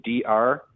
dr